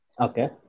Okay